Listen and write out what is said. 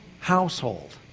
household